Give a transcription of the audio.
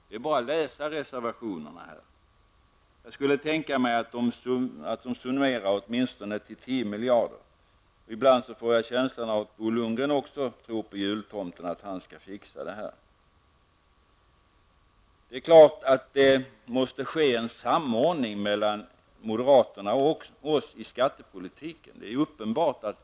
Det är bara att läsa reservationerna. Jag kan tänka mig att skattesänkningarna kan summeras till åtminstone 10 miljarder. Ibland får jag känslan av att Bo Lundgren också tror att jultomten skall fixa det här. Det är klart att det måste ske en samordning mellan moderaterna och oss i skattepolitiken.